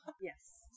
Yes